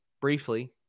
Briefly